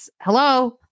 hello